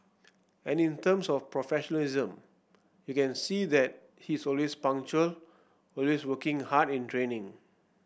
and in terms of professionalism you can see that he is always punctual always working hard in training